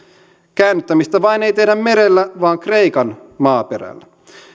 käännyttämistä vain ei tehdä merellä vaan kreikan maaperällä